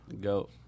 Go